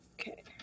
okay